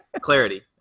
clarity